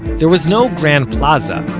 there was no grand plaza,